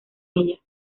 ella